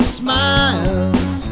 smiles